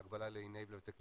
בהקבלה ל-enabler technology.